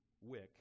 wick